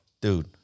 Dude